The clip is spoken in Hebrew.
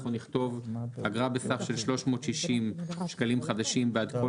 אנחנו נכתוב "אגרה בסך של 360 שקלים חדשים בעד כל